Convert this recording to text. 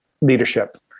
leadership